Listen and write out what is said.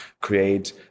create